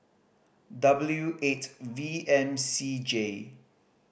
W eight V M C J